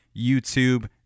YouTube